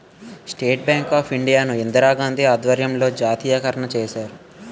state bank of India ను ఇందిరాగాంధీ ఆధ్వర్యంలో జాతీయకరణ చేశారు